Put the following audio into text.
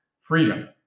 freedom